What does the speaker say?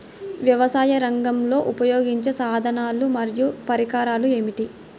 వ్యవసాయరంగంలో ఉపయోగించే సాధనాలు మరియు పరికరాలు ఏమిటీ?